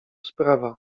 sprawa